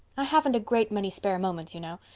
i haven't a great many spare moments, you know.